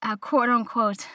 quote-unquote